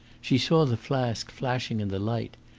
she saw the flask flashing in the light.